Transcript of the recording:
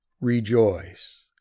rejoice